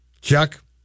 Chuck